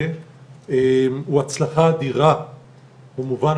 זה דיון הראשון של הוועדה שלנו.